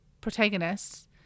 protagonists